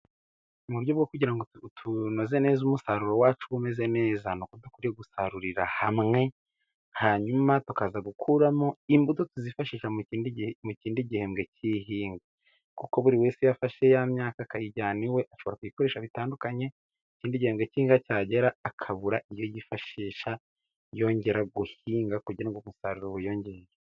Mu buryo bwo kugira ngo tunoze neza umusaruro wacu ube umeze neza, ni uko dukwiye gusarurira hamwe hanyuma tukaza gukuramo imbuto tuzifashisha mu kindi mu kindi gihembwe cy' ihinga, kuko buri wese afashe ya myaka akayijyana iwe ashobora kuyikoresho bitandukanye, ikindi gihembwe cy'ihinga cyagera akabura iyo yifashisha yongera guhinga kugira ngo umusaruro wiyongere.